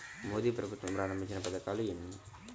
మోదీ ప్రభుత్వం ప్రారంభించిన పథకాలు ఎన్ని?